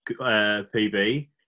PB